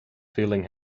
feeling